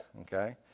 Okay